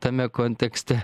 tame kontekste